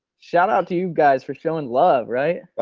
shoutout to you guys for showing love right. oh